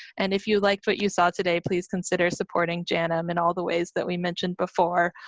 and if you liked what you saw today please consider supporting janm in all the ways that we mentioned before,